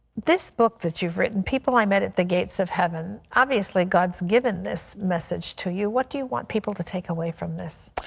this book you've written people i've met at the gates of heaven. obviously god's given this message to you. what do you want people to take away from this?